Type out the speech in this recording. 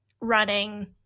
running